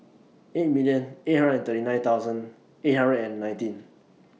eight million eight hundred and thirty nine thousand eight hundred and nineteen